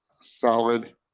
solid